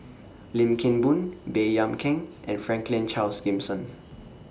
Lim Kim Boon Baey Yam Keng and Franklin Charles Gimson